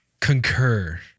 concur